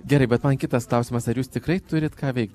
gerai bet man kitas klausimas ar jūs tikrai turit ką veikt